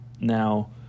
Now